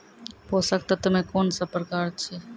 पोसक तत्व मे कून सब प्रकार अछि?